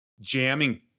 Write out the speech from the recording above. jamming